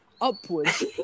upwards